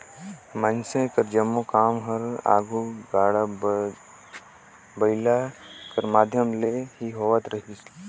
मइनसे कर जम्मो काम हर आघु गाड़ा बइला कर माध्यम ले ही होवत रहिस